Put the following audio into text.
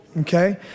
Okay